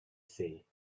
see